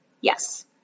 yes